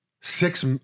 six